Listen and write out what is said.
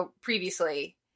previously